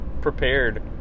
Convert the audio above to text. prepared